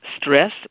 Stress